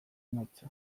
emaitza